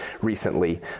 recently